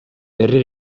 herri